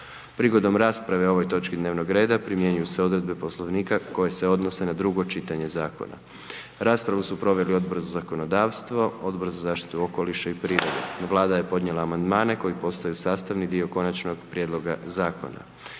Prigodom rasprave o ovoj točki dnevnog reda primjenjuju se odredbe Poslovnika koje se odnose na drugo čitanje Zakona. Raspravu su proveli Odbor za zakonodavstvo, Odbor za zaštitu okoliša i prirode. Vlada je podnijela Amandmane koji postaju sastavni dio Konačnog prijedloga Zakona.